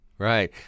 right